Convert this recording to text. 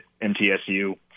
MTSU